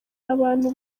abantu